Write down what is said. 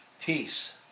Peace